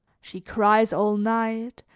she cries all night,